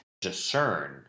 discern